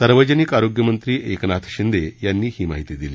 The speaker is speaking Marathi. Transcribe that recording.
सार्वजनिक आरोग्य मंत्री एकनाथ शिंदे यांनी ही माहिती दिली